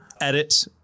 edit